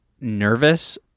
nervous